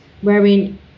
wherein